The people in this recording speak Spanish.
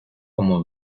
como